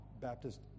Baptist